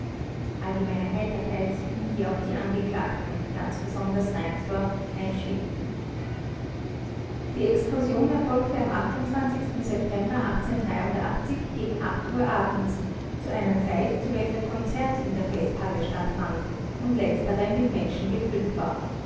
einstimmten die explosion erfolgte am september gegen uhr abends zu einer zeit zu welcher konzert in der festhalle stattfand und letztere mit menschen gefüllt war